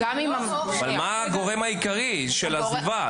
אבל מה הגורם העיקרי של העזיבה?